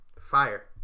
fire